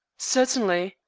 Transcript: certainly.